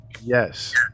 Yes